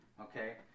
okay